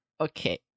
okay